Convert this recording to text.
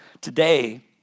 today